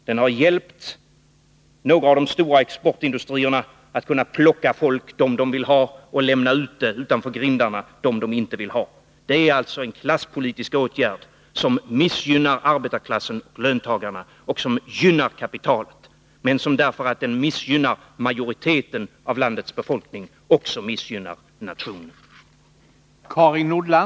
Den har hjälpt några av de stora exportindustrierna att plocka de personer som de vill ha och lämna utanför grindarna dem som de inte vill ha. Det är alltså en klasspolitisk åtgärd som missgynnar arbetarklassen, löntagarna, och som gynnar kapitalet, men som därför att den missgynnar majoriteten av landets befolkning också missgynnar nationen.